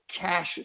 cash